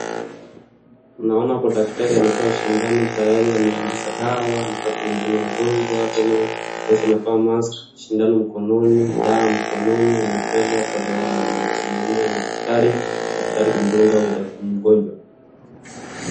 Naona hapo daktari ametoa sindano tayari ameingiza dawa anataka kumdunga mgonjwa, hapo amevaa mask sindano mkononi, dawa mkononi, amekuja kutolewa na yenyewe madaktari wako tayari kumdunga huyo mgonjwa.